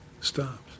stops